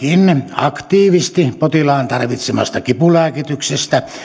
aktiivisesti potilaan tarvitsemasta kipulääkityksestä